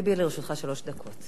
לרשותך שלוש דקות.